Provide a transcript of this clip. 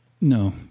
No